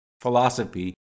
philosophy